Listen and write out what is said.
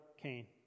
Cain